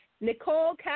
Nicole